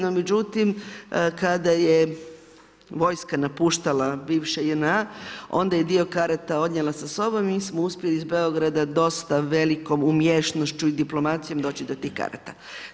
No, međutim, kada je vojska napuštala bivši JNA, onda je dio karata odnijela sa sobom i mi smo uspjeli iz Beograda dosta velikom umješnošću i diplomacijom doći do tih karata.